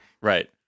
right